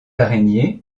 araignées